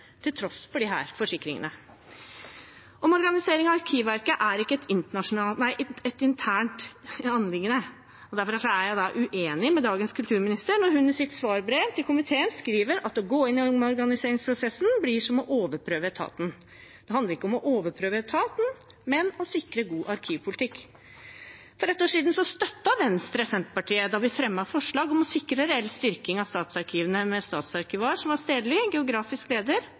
til tross for disse forsikringene. Omorganiseringen av Arkivverket er ikke et internt anliggende, og derfor er jeg uenig med dagens kulturminister når hun i sitt svarbrev til komiteen skriver at å gå inn i omorganiseringsprosessen blir som «å overprøve etaten». Det handler ikke om å overprøve etaten, men om å sikre god arkivpolitikk. For ett år siden støttet Venstre Senterpartiet da vi fremmet forslag om å sikre reell styrking av statsarkivene med statsarkivar som stedlig, geografisk leder